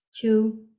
two